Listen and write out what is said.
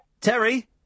Terry